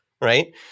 right